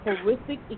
horrific